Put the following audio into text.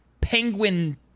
Penguin